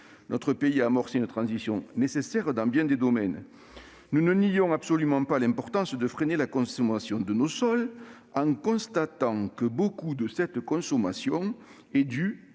Notre pays a amorcé une transition nécessaire dans bien des domaines. Nous ne nions absolument pas l'importance de freiner la consommation de nos sols, mais force est de constater qu'une